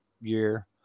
year